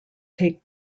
take